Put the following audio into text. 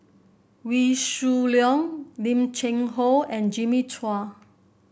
Wee Shoo Leong Lim Cheng Hoe and Jimmy Chua